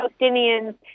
Palestinians